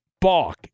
balk